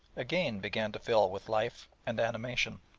again began to fill with life and animation.